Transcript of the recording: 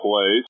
place